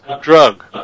drug